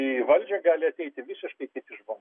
į valdžią gali ateiti visiškai kiti žmonės